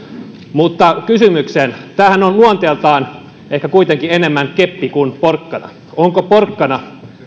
mutta kysymykseen tämähän on luonteeltaan ehkä kuitenkin enemmän keppi kuin porkkana onko porkkana